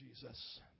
Jesus